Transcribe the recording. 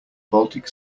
baltic